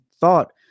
thought